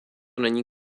není